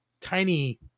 tiny